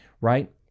right